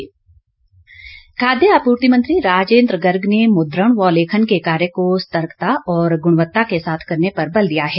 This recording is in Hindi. राजिन्द्र गर्ग खाद्य आपूर्ति मंत्री राजिन्द्र गर्ग ने मुद्रण व लेखन के कार्य को सतर्कता और गुणवत्ता के साथ करने पर बल दिया है